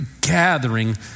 gathering